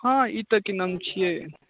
हँ ई तऽ की नाम छियै